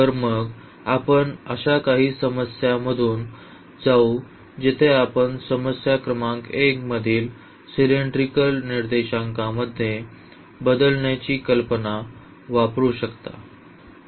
तर मग आपण अशा काही समस्यांमधून जाऊ जेथे आपण ही समस्या क्रमांक 1 मधील सिलेंड्रिकल निर्देशांकामध्ये बदलण्याची कल्पना वापरू शकता